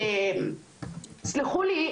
תסלחו לי,